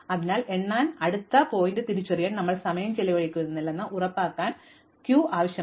അതിനാൽ എണ്ണാൻ അടുത്ത ശീർഷകം തിരിച്ചറിയാൻ ഞങ്ങൾ സമയം ചെലവഴിക്കുന്നില്ലെന്ന് ഉറപ്പാക്കാൻ ക്യൂ ആവശ്യമാണ്